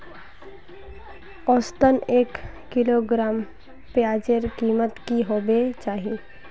औसतन एक किलोग्राम प्याजेर कीमत की होबे चही?